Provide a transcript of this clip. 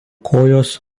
kojos